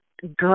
good